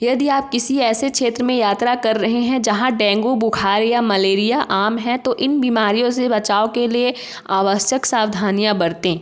यदि आप किसी ऐसे क्षेत्र में यात्रा कर रहे हैं जहाँ डेंगू बुखार या मलेरिया आम है तो इन बीमारियों से बचाव के लिए आवश्यक सावधानियाँ बरतें